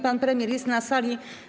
Pan premier jest na sali.